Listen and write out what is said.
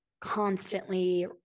constantly